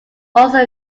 also